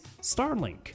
Starlink